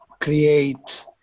create